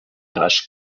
rasch